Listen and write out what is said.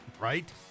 right